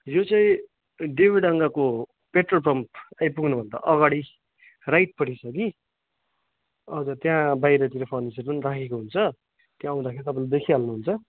यो चाहिँ देवीडाँडाको पेट्रोल पम्प आइपुग्नुभन्दा अगाडि राइटपट्टि छ कि हजुर त्यहाँ बाहिरतिर फर्निचर पनि राखेको हुन्छ त्यहाँ आउँदाखेरि तपाईँले देखिहाल्नु हुन्छ